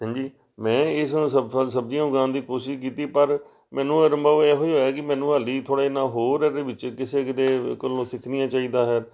ਹਾਂਜੀ ਮੈਂ ਇਸ ਸਬਜ਼ੀਆਂ ਉਗਾਉਣ ਦੀ ਕੋਸ਼ਿਸ਼ ਕੀਤੀ ਪਰ ਮੈਨੂੰ ਅਨੁਭਵ ਇਹੋ ਹੀ ਹੋਇਆ ਕਿ ਮੈਨੂੰ ਹਜੇ ਥੋੜ੍ਹਾ ਜਿਹਾ ਨਾ ਹੋਰ ਇਹਦੇ ਵਿੱਚ ਕਿਸੇ ਕਿਤੇ ਕੋਲੋਂ ਸਿੱਖਣੀਆਂ ਚਾਹੀਦਾ ਹੈ